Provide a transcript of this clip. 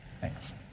Thanks